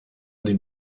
den